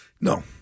No